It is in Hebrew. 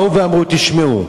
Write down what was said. באו ואמרו, תשמעו,